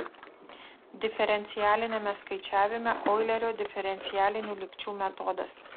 diferencialiniame skaičiavime oilerio diferencialinių lygčių metodas